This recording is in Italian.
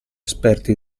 esperti